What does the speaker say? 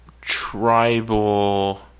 tribal